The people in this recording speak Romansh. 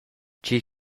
tgi